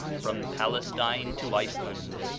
from palestine to iceland.